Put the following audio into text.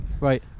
Right